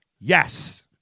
Yes